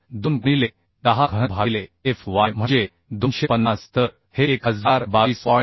72 गुणिले 10 घन भागिले Fy म्हणजे 250 तर हे 1022